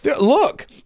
look